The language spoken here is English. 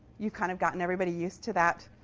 you've kind of gotten everybody used to that